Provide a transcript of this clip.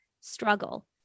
struggle